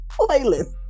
playlist